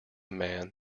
man